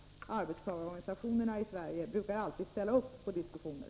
Arbetstagarorganisationerna i Sverige brukar alltid ställa upp på diskussioner.